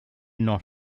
not